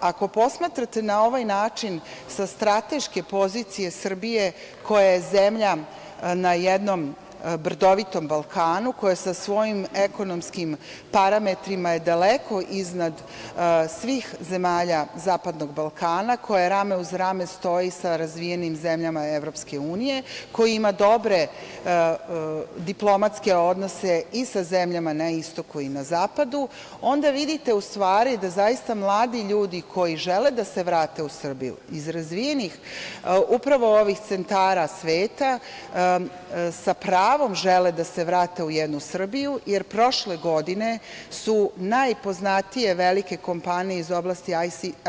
Ako posmatrate na ovaj način sa strateške pozicije Srbije koja je zemlja na jednom brdovitom Balkanu, koja je sa svojim ekonomskim parametrima daleko iznad svih zemalja zapadnog Balkana, koja rame uz rame stoji sa razvijenim zemljama EU, koja ima dobre diplomatske odnose i sa zemljama i na istoku i na zapadu, onda vidite da mladi ljudi koji žele da se vrate u Srbiju iz razvijenih centara sveta, sa pravom žele da se vrate u jednu Srbiju, jer prošle godine su najpoznatije velike kompanije iz oblasti